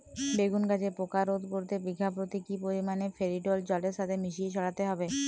বেগুন গাছে পোকা রোধ করতে বিঘা পতি কি পরিমাণে ফেরিডোল জলের সাথে মিশিয়ে ছড়াতে হবে?